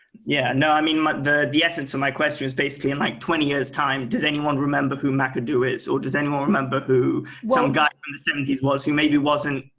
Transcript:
yeah, no i mean the the essence of my question is basically in like twenty years time, does anyone remember who mcadoo is? or does anyone remember who some guy from the seventies was who maybe wasn't